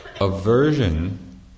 aversion